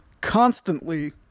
constantly